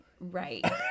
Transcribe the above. Right